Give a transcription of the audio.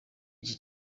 iki